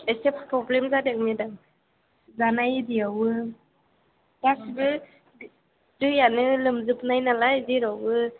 एसे प्रब्लेम जादों मेडाम जानाय बिदियावबो गासैबो दैयानो लोमजोबनाय नालाय जेरावबो